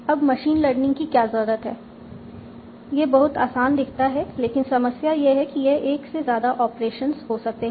अब machine learning की क्या जरूरत है यह बहुत आसान दिखता है लेकिन समस्या यह है कि यह एक से ज्यादा ऑपरेशंस हो सकते हैं